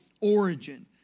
origin